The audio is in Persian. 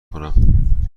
کنم